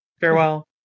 Farewell